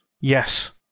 yes